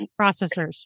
processors